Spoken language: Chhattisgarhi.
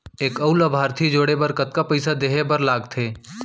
एक अऊ लाभार्थी जोड़े बर कतका पइसा देहे बर लागथे?